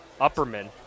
Upperman